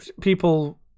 people